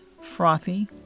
frothy